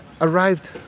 arrived